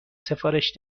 سفارش